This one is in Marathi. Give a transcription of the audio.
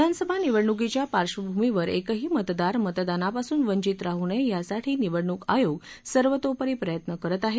विधानसभा निवडणुकीच्या पार्धभूमीवर एकही मतदार मतदानापासुन वंचित राह नये यासाठी निवडणुक आयोग सर्वतोपरी प्रयत्न करत आहे